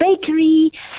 bakery